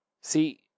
See